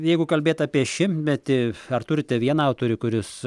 jeigu kalbėt apie šimtmetį ar turite vieną autorių kuris